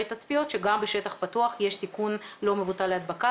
תצפיות שגם בשטח פתוח יש סיכון לא מבוטל להדבקה,